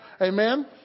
Amen